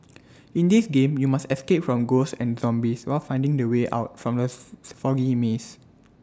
in this game you must escape from ghosts and zombies while finding the way out from the foggy maze